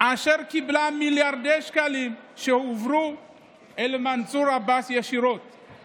רק בסוף השבוע האחרון נשרפו שלושה בתי עסק בחצור הגלילית.